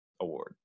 award